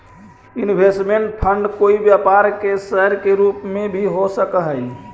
investment fund कोई व्यापार के सर के रूप में भी हो सकऽ हई